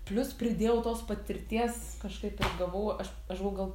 plius pridėjau tos patirties kažkaip gavau aš aš gavau gal